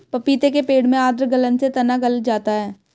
पपीते के पेड़ में आद्र गलन से तना गल जाता है